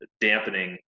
dampening